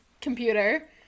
computer